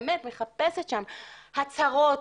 באמת מחפשת שם הצהרות,